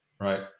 right